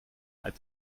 eid